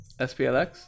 SPLX